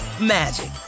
magic